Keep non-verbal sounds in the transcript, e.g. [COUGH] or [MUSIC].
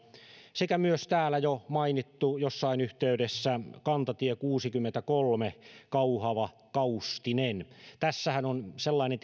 sekä myös täällä jo jossain yhteydessä [UNINTELLIGIBLE] mainittu kantatie kuusikymmentäkolme kauhava kaustinen tässähän on sellainen [UNINTELLIGIBLE]